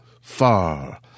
far